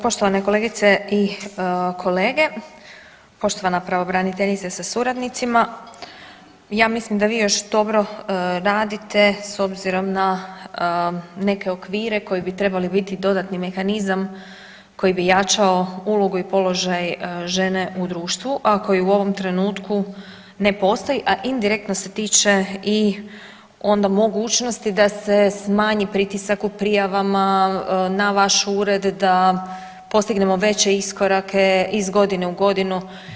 Poštovane kolegice i kolege, poštovana pravobraniteljice sa suradnicima, ja mislim da vi još dobro radite s obzirom na neke okvire koji bi trebali biti dodatni mehanizam koji bi jačao ulogu i položaj žene u društvu, a koji u ovom trenutku ne postoji, a indirektno se tiče i onda mogućnosti da se smanji pritisak u prijavama na vaš ured da postignemo veće iskorake iz godine u godinu.